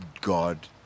God